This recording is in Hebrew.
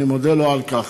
אני מודה לו על כך,